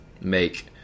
make